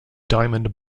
diamond